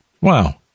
Wow